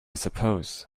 suppose